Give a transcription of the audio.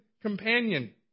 companion